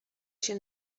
się